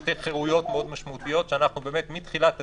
שתי חירויות מאוד משמעותיות שאנחנו באמת מתחילת הדרך,